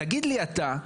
תגיד לי אתה,